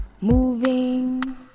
moving